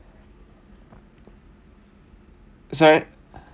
it's alright